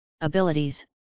abilities